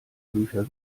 bücher